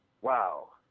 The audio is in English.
wow